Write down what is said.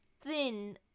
thin